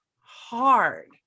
hard